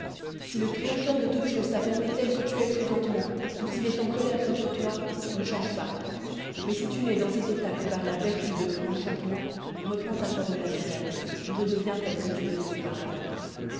si le créateur de toutes choses t'a formé tel que tu es présentement ou s'il est en colère contre toi ne change pas mais si tu n'es dans cet état que par la vertu de mon enchantement reprends ta forme naturelle et redeviens tel que tu étais auparavant